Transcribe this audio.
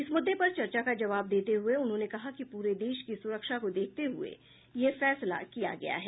इस मुद्दे पर चर्चा का जवाब देते हुए उन्होंने कहा कि पूरे देश की सुरक्षा को देखते हुये यह फैसला किया गया है